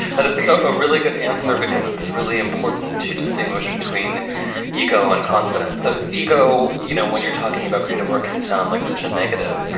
that is a really good answer because it's really important to distinguish between ego and confidence. that is ego. you know, when you're talking about creative work and sound like such a negative,